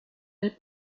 del